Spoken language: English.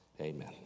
Amen